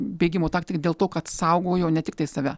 bėgimo taktiką dėl to kad saugojo ne tiktai save